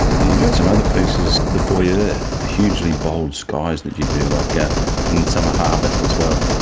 you've got some other pieces, the boyer, the hugely bold skies that you do like ah and summer harvest as well.